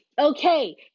okay